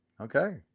Okay